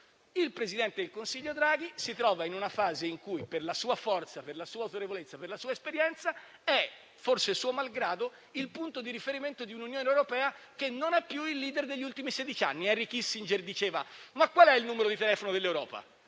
Il presidente del Consiglio Draghi si trova in una fase in cui, per la sua forza, per la sua autorevolezza e per la sua esperienza, è, forse suo malgrado, il punto di riferimento di un'Unione europea che non ha più il *leader* degli ultimi sedici anni. Henry Kissinger diceva: qual è il numero di telefono dell'Europa?